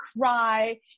cry